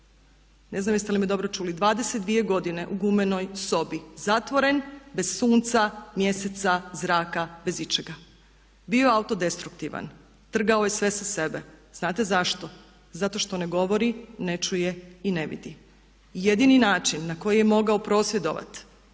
Ne znam jeste li me dobro čuli, 22 godine u gumenoj sobi zatvoren bez sunca, mjeseca, zraka, bez ičega. Bio je auto destruktivan, trgao je sve sa sebe. Znate zašto? Zato što ne govori, ne čuje i ne vidi. I jedini način na koji je mogao prosvjedovati